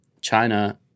China